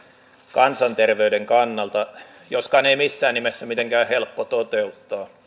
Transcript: kansanterveyden kannalta joskaan ei missään nimessä mitenkään helppo toteuttaa